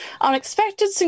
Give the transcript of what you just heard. unexpected